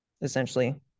essentially